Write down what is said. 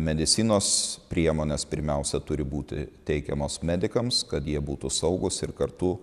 medicinos priemonės pirmiausia turi būti teikiamos medikams kad jie būtų saugūs ir kartu